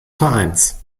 vereins